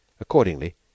Accordingly